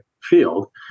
field